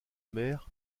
mer